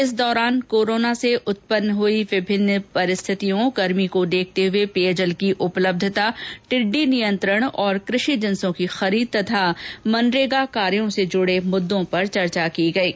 इस दौरान कोरोना से उत्पन्न हुई विभिन्न स्थितियों गर्मी को देखते हुए पेयजल की उपलब्यता टिड्डी नियंत्रण और कृषि जिंसों की खरीद और मनरेगा कार्यों से जुड़े मुद्दों पर चर्चा की गयी